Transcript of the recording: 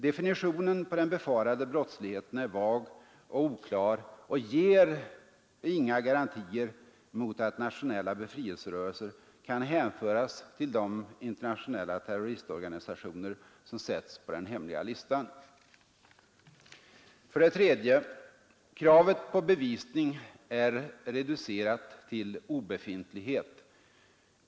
Definitionen på den befarade brottsligheten är vag och oklar och ger inga garantier mot att nationella befrielserörelser kan hänföras till de internationella terroristorganisationer som sätts på den hemliga listan. 3. Kravet på bevisning är reducerat till obefintlighet.